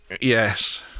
Yes